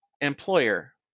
employer